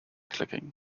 clicking